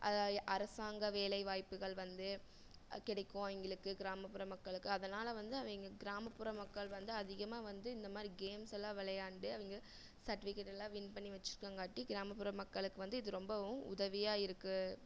அரசாங்க வேலை வாய்ப்புகள் வந்து கிடைக்கும் அவங்களுக்கு கிராமப்புற மக்களுக்கு அதனால் வந்து அவங்க கிராமப்புற மக்கள் வந்து அதிகமாக வந்து இந்த மாதிரி கேம்ஸ் எல்லாம் விளையாண்டு அவங்க சர்ட்டிஃவிகேட் எல்லாம் வின் பண்ணி வச்சுருக்கங்காட்டி கிராமப்புற மக்களுக்கு வந்து இது ரொம்பவும் உதவியாக இருக்குது